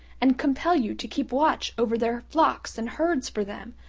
and compel you to keep watch over their flocks and herds for them,